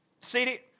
CD